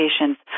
patients